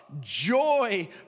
joy